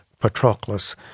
Patroclus